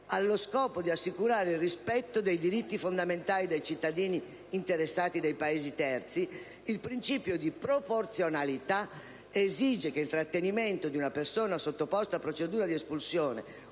«allo scopo di assicurare il rispetto dei diritti fondamentali dei cittadini interessati dei Paesi terzi (...): il principio di proporzionalità esige che il trattenimento di una persona sottoposta a procedura di espulsione o di estradizione